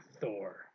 Thor